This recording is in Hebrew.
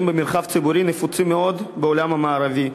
במרחב הציבורי נפוצים מאוד בעולם המערבי.